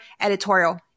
editorial